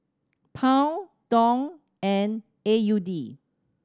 Pound Dong and A U D